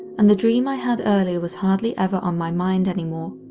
and the dream i had earlier was hardly ever on my mind anymore.